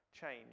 change